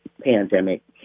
pandemic